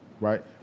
Right